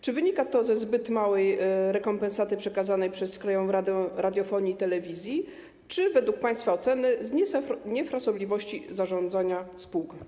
Czy wynika to ze zbyt małej rekompensaty przekazanej przez Krajową Radę Radiofonii i Telewizji, czy według państwa oceny z niefrasobliwości zarządzania spółką?